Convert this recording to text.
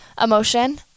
emotion